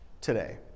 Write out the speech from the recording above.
today